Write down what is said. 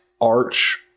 Arch